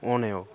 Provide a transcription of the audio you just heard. होने ओह्